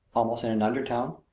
almost in an undertone.